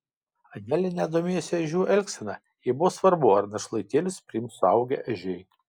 anelė net domėjosi ežių elgsena jai buvo svarbu ar našlaitėlius priims suaugę ežiai